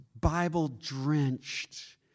Bible-drenched